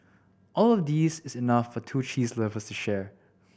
all of these is enough for two cheese lovers to share